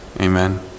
Amen